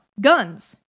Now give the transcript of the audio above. guns